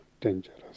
dangerous